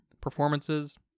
Performances